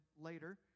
later